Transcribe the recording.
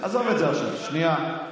עזוב את זה עכשיו, שנייה.